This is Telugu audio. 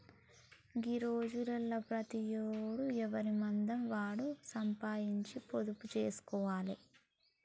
గీ రోజులల్ల ప్రతోడు ఎవనిమందం వాడు సంపాదించి పొదుపు జేస్కోవాలె